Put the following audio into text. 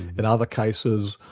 in other cases,